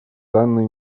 данной